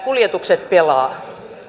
kuljetukset pelaavat